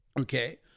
Okay